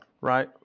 right